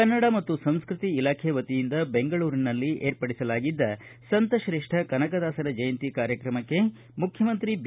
ಕನ್ನಡ ಮತ್ತು ಸಂಸ್ಟೃತಿ ಇಲಾಖೆ ವತಿಯಿಂದ ಬೆಂಗಳೂರಿನಲ್ಲಿ ಏರ್ಪಡಿಸಲಾಗಿದ್ದ ಕನಕದಾಸರ ಜಯಂತಿ ಕಾರ್ಯಕ್ರಮಕ್ಕೆ ಮುಖ್ಯಮಂತ್ರಿ ಬಿ